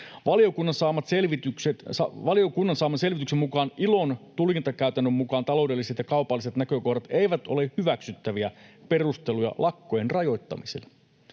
Valiokunnan saaman selvityksen mukaan ILOn tulkintakäytännön mukaan taloudelliset ja kaupalliset näkökohdat eivät ole hyväksyttäviä perusteluja lakkojen rajoittamiselle.